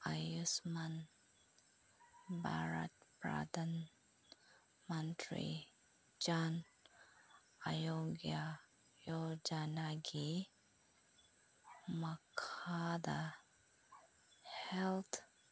ꯑꯌꯨꯁꯃꯥꯟ ꯚꯥꯔꯠ ꯄ꯭ꯔꯥꯙꯥꯟ ꯃꯟꯇ꯭ꯔꯤ ꯖꯟ ꯑꯥꯌꯣꯒ꯭ꯌꯥ ꯌꯣꯖꯥꯅꯥꯒꯤ ꯃꯈꯥꯗ ꯍꯦꯜꯠ